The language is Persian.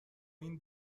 این